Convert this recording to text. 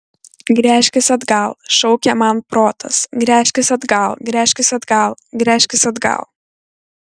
gręžkis atgal šaukė man protas gręžkis atgal gręžkis atgal gręžkis atgal